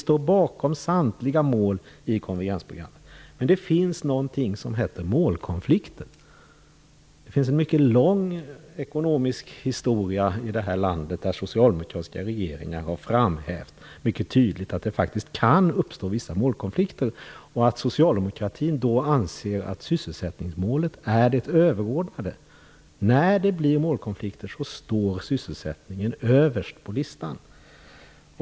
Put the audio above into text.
Vi står bakom samtliga mål i konvergensprogrammet. Men det finns någonting som heter målkonflikter. Det finns en mycket lång ekonomisk historia i det här landet, där socialdemokratiska regeringar mycket tydligt har framhävt att det kan uppstå vissa målkonflikter och att socialdemokratin då anser att sysselsättningsmålet är det överordnade. När det blir målkonflikter står sysselsättningen överst på listan.